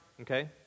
okay